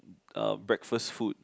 uh breakfast food